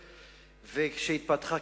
וכשהתפתחה,